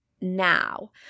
now